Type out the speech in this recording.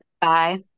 Bye